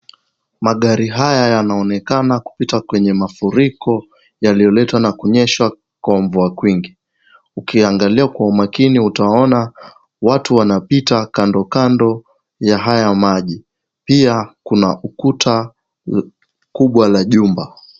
Magari haya yanaonekana kupita kwenye mafuriko yaliyoletwa na kunyeshwa kwa mvua kwingi. Ukiangalia kwa umakini, utaona watu wanapita kandokando ya haya maji. Pia kuna kuta kubwa la jumba.